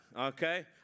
okay